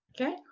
okay